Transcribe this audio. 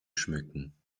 schmücken